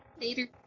Later